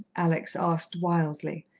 alex asked wildly.